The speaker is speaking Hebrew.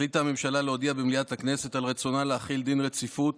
החליטה הממשלה להודיע במליאת הכנסת על רצונה להחיל דין רציפות